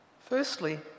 Firstly